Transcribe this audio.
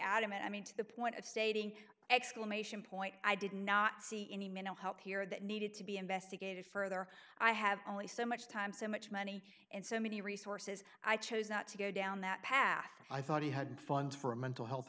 adamant i mean to the point of stating exclamation point i did not see any minute help here that needed to be investigated further i have only so much time so much money and so many resources i chose not to go down that path i thought he had funds for a mental health